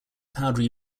powdery